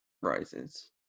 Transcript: Rises